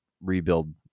rebuild